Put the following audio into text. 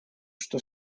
что